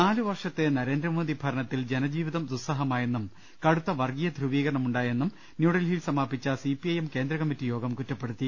നാലു വർഷത്തെ നരേന്ദ്രമോദ്യി ഭരണത്തിൽ ജനജീവിതം ദുസ്സ ഹമായെന്നും കടുത്ത വർഗ്ഗീയ ധ്രുവീകരണമുണ്ടായെന്നും ന്യൂഡൽഹി യിൽ സമാപിച്ച സി പി ഐ എം കേന്ദ്രകമ്മിറ്റിയോഗം കുറ്റപ്പെടുത്തി